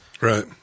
right